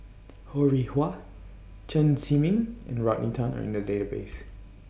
Ho Rih Hwa Chen Zhiming and Rodney Tan Are in The Database